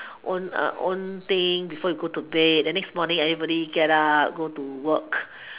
own a own thing before you go to bed the next morning everybody get up go to work